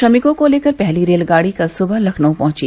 श्रमिकों को लेकर पहली रेलगाड़ी कल सुबह लखनऊ पहुंची